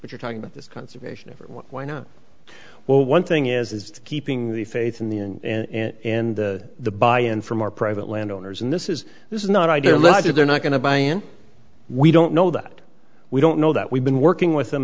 what you're talking about this conservation of why not well one thing is is keeping the faith in the inn and the buy in from our private landowners and this is this is not ideological are not going to buy in we don't know that we don't know that we've been working with them